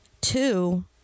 Two